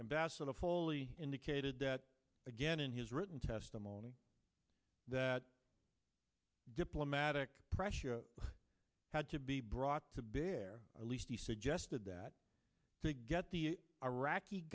ambassador foley indicated that again in his written testimony that diplomatic pressure had to be brought to bear at least he suggested that to get the iraqi